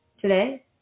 today